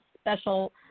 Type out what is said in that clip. special